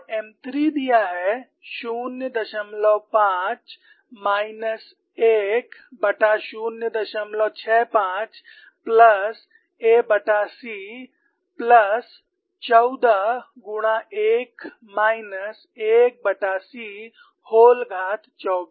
और M3 दिया है 05 माइनस 10065 प्लस ac प्लस 14 गुणा 1 माइनस ac व्होल घात 24